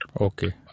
Okay